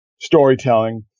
storytelling